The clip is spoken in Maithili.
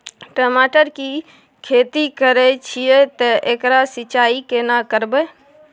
टमाटर की खेती करे छिये ते एकरा सिंचाई केना करबै?